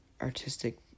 artistic